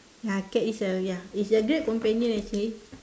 ya cat is a ya it's a great companion actually